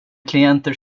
klienter